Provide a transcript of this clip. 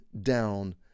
down